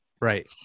Right